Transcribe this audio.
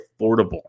affordable